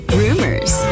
rumors